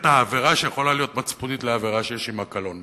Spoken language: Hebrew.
העבירה שיכולה להיות מצפונית לעבירה שיש עמה קלון,